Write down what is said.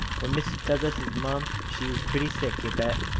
when mrs. douglas is mum she is pretty sick, you bet.